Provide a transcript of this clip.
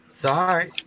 Sorry